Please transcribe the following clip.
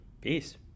Peace